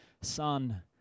Son